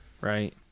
right